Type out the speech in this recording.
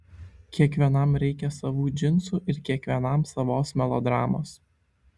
kiekvienam reikia savų džinsų ir kiekvienam savos melodramos